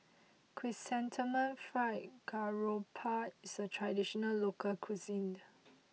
Chrysanthemum Fried Garoupa is a traditional local cuisine